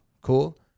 Cool